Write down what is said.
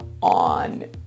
on